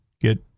get